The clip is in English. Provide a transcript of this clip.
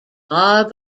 far